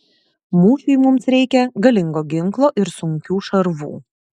mūšiui mums reikia galingo ginklo ir sunkių šarvų